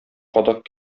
кадак